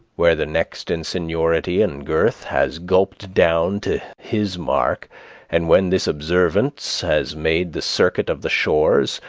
where the next in seniority and girth has gulped down to his mark and when this observance has made the circuit of the shores,